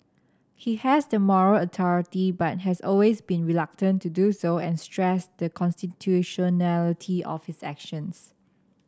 he has the moral authority but has always been reluctant to do so and stressed the constitutionality of his actions